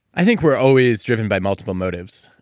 i think we're always driven by multiple motives.